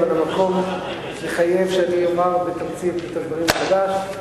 אבל המקום מחייב שאני אומר בתמצית את הדברים מחדש.